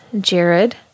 Jared